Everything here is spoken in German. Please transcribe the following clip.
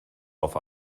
auf